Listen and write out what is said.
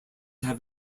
have